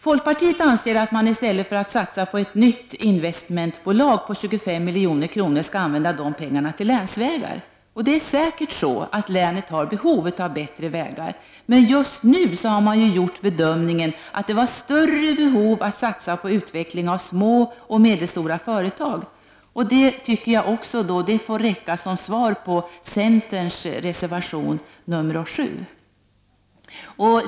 Folkpartiet anser att man i stället för att satsa på ett nytt investmentbolag på 25 milj.kr. skall använda pengarna till länsvägar. Länet har säkert behov av bättre vägar, men just nu har man gjort bedömningen att behovet av att satsa på utveckling av små och medelstora företag var större. Det får räcka som svar på centerns reservation 7.